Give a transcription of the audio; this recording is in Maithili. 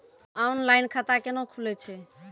ऑनलाइन खाता केना खुलै छै?